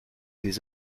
des